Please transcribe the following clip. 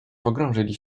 pogrążyli